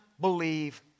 believe